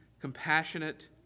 compassionate